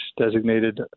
designated